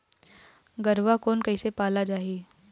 गरवा कोन कइसे पाला जाही?